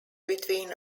between